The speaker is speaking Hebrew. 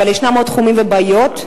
אבל ישנם עוד תחומים ובעיות,